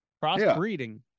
Cross-breeding